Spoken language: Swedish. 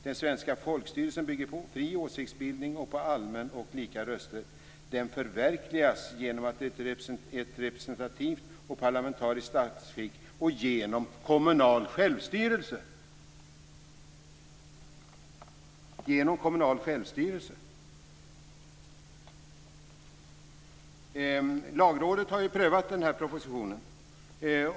Den svenska folkstyrelsen bygger på fri åsiktsbildning och på allmän och lika rösträtt. Den förverkligas genom ett representativt och parlamentariskt statsskick och genom kommunal självstyrelse." Lagrådet har ju prövat propositionen.